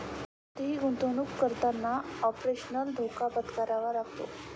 कोणतीही गुंतवणुक करताना ऑपरेशनल धोका पत्करावा लागतो